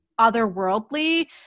otherworldly